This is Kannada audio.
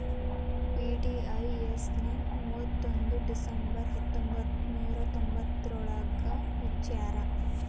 ವಿ.ಡಿ.ಐ.ಎಸ್ ನ ಮುವತ್ತೊಂದ್ ಡಿಸೆಂಬರ್ ಹತ್ತೊಂಬತ್ ನೂರಾ ತೊಂಬತ್ತಯೋಳ್ರಾಗ ಮುಚ್ಚ್ಯಾರ